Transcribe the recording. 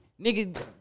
Nigga